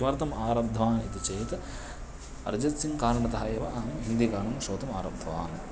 किमर्थम् आरब्धवान् इति चेत् अर्जित्सिङ्ग् कारणतः एव अहं हिन्दीगानं श्रोतुम् आरब्धवान्